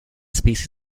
species